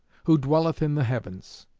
who dwelleth in the heavens.